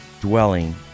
dwelling